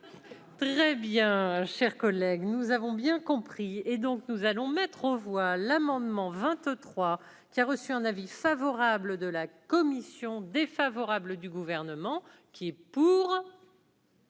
Très bien, chers collègues, nous avons bien compris et donc nous allons mettre aux voix l'amendement 23 qui a reçu un avis favorable de la commission défavorable du gouvernement qui est pour.